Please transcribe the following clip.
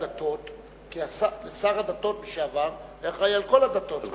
כי שר הדתות לשעבר היה אחראי לכל הדתות,